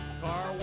Car